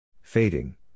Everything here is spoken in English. Fading